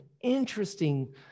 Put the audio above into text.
interesting